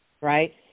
right